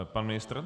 Pan ministr?